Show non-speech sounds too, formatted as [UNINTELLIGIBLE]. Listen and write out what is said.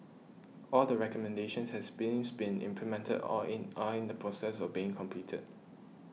all the recommendations has [UNINTELLIGIBLE] been implemented or in are in the process of being completed